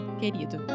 querido